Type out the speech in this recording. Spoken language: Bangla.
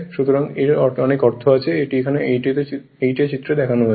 সুতরাং এর অনেক অর্থ আছে এটি এই চিত্র 8a দেখানো হয়েছে